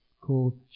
called